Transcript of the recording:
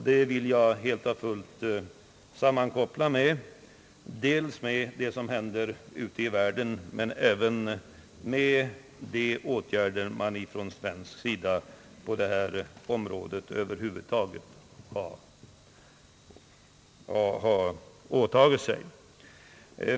Detta vill jag helt och hållet sammankoppla dels med det som händer ute i världen, dels även med de åtgärder man från svensk sida har åtagit sig på detta område.